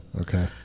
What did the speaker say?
Okay